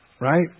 right